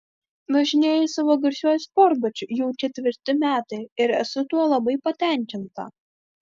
važinėju savo garsiuoju sportbačiu jau ketvirti metai ir esu tuo labai patenkinta